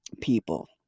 people